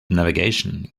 navigation